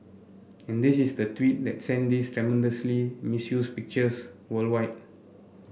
and this is the tweet that sent these tremendously misused pictures worldwide